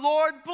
Lord